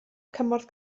cymorth